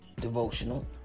Devotional